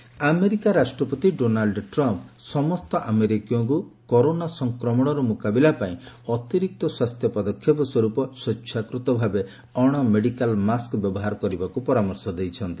corona Trump ଆମେରିକାର ରାଷ୍ଟ୍ରପତି Donald Trump ସମସ୍ତ ଆମେରିକୀୟଙ୍କୁ କରୋନା ସଂକ୍ରମଣର ମୁକାବିଲାପାଇଁ ଅତିରିକ୍ତ ସ୍ୱାସ୍ଥ୍ୟ ପଦାକ୍ଷପସ୍ୱରୂପ ସ୍ୱେଚ୍ଛାକୃତ ଭାବରେ ଅଣ ମେଡିକାଲ୍ ମାସ୍କ ବ୍ୟବହାର କରିବାକୁ ପରାମର୍ଶ ଦେଇଛନ୍ତି